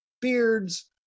beards